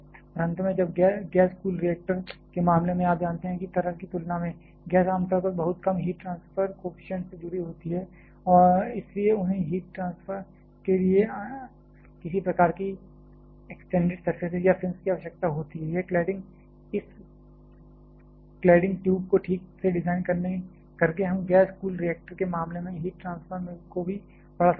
और अंत में जब गैस कूल रिएक्टरों के मामले में आप जानते हैं कि तरल की तुलना में गैस आमतौर पर बहुत कम हीट ट्रांसफर कॉएफिशिएंट से जुड़ी होती है और इसलिए उन्हें हीट ट्रांसफर के लिए किसी प्रकार की एक्सटेंडेड सर्फेसेज या फिंस की आवश्यकता होती है यह क्लैडिंग इस क्लैडिंग ट्यूब को ठीक से डिजाइन करके हम गैस कूल रिएक्टर के मामले में हीट ट्रांसफर को भी बढ़ा सकते हैं